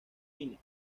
phoenix